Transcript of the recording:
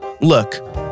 Look